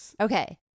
Okay